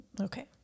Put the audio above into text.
Okay